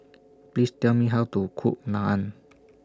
Please Tell Me How to Cook Naan